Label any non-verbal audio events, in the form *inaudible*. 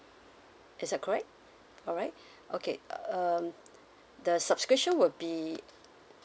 is that correct alright *breath* okay uh um the subscription would be